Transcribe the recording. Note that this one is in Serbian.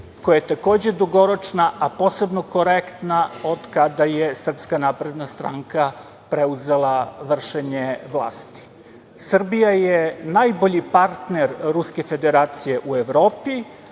koja je takođe dugoročna, a posebno korektna od kada je SNS preuzela vršenje vlasti. Srbija je najbolji partner Ruske Federacije u Evropi,